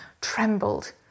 trembled